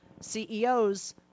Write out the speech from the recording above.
CEOs